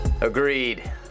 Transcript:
Agreed